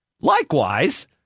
Likewise